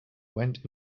went